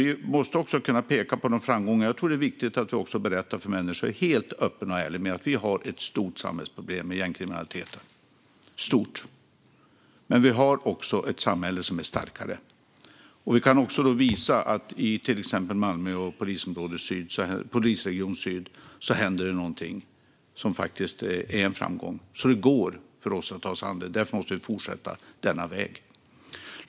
Vi måste också kunna peka på framgångarna. Jag tror att det är viktigt att vi också helt öppet och ärligt berättar för människor att vi har ett stort samhällsproblem med gängkriminaliteten. Men vi har också ett samhälle som är starkare. Vi kan också visa att i till exempel Malmö och polisregion Syd händer det något som faktiskt är en framgång. Det går alltså för oss att ta oss an detta, och därför måste vi fortsätta på denna väg.